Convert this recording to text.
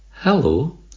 Hello